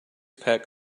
pack